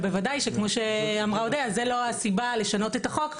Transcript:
כפי שאמרה אודיה זו לא הסיבה לשנות את החוק,